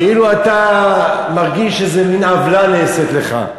כאילו אתה מרגיש איזו מין עוולה נעשית לך.